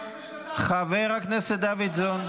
חבר הכנסת דוידסון.